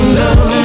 love